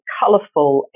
colourful